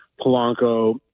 Polanco